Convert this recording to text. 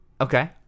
Okay